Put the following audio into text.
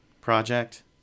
project